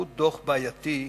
זהו דוח בעייתי,